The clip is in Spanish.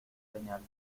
señal